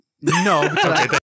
No